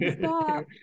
Stop